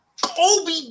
Kobe